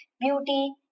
beauty